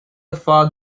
fog